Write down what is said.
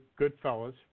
Goodfellas